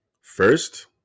first